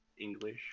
English